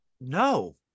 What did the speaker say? no